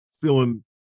feeling